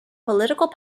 political